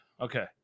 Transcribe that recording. Okay